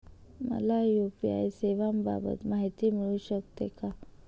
मला यू.पी.आय सेवांबाबत माहिती मिळू शकते का?